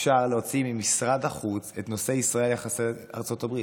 אפשר להוציא ממשרד החוץ את נושא יחסי ישראל-ארצות הברית?